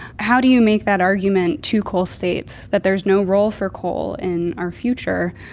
how do you make that argument to coal states that there's no role for coal in our future,